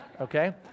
okay